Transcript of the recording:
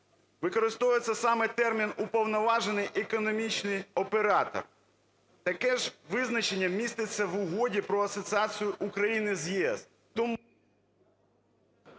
Використовується саме термін "уповноважений економічний оператор". Таке ж визначення міститься в Угоді про асоціацію України з ЄС. Тому…